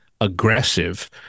aggressive